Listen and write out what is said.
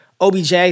OBJ